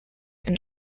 and